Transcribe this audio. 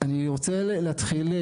אני רוצה להתחיל,